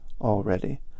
already